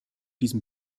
diesem